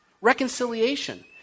Reconciliation